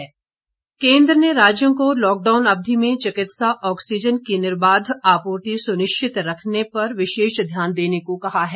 oxygen केन्द्र ने राज्यों को लॉकडाउन अवधि में चिकित्सा ऑक्सीजन की निर्बाध आपूर्ति सुनिश्चित रखने पर विशेष ध्यान देने को कहा है